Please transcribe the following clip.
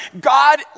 God